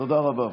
תודה רבה.